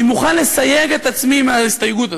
אני מוכן לסייג את עצמי מההסתייגות הזאת,